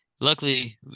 luckily